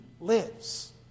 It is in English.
lives